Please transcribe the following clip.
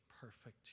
perfect